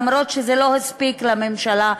אף שזה לא הספיק לממשלה,